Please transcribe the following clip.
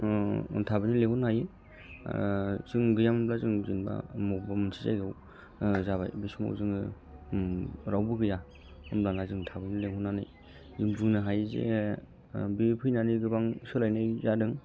थाबैनो लेंहरनो हायो जों गैयामोनब्ला जों जेनबा बबेबा मोनसे जायगायाव जाबाय बे समाव जोङो रावबो गैया होमब्लाना जों थाबैनो लिंहरनानै जों बुंनो हायो जे बे फैनानै गोबां सोलायनाय जादों